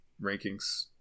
rankings